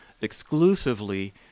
exclusively